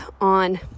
on